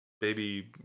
baby